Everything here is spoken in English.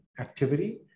activity